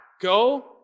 go